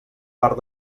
part